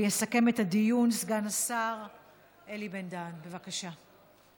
יסכם את הדיון סגן השר אלי בן-דהן, בבקשה.